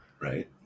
right